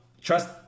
trust